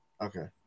Okay